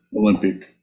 Olympic